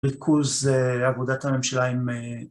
ריכוז עבודת הממשלה עם